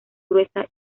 gruesa